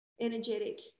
energetic